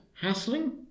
Hassling